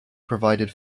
provided